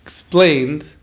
explained